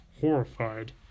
horrified